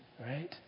Right